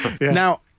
Now